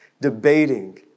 debating